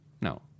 No